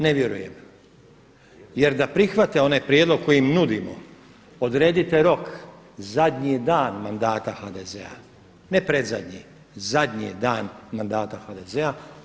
Ne vjerujem jer da prihvate onaj prijedlog koji im nudimo odredite rok zadnji dan mandata HDZ-a, ne predzadnji, zadnji dan mandata HDZ-a.